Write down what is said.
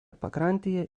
pakrantėje